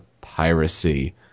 piracy